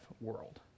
world